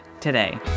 today